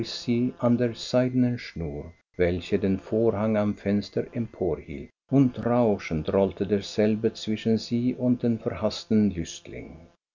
an der seidenen schnur welche den vorhang am fenster emporhielt und rauschend rollte derselbe zwischen sie und den verhaßten lüstling